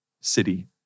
city